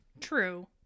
True